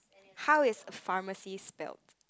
how is pharmacy spelt